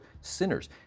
sinners